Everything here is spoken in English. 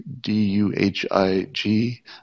D-U-H-I-G